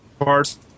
parts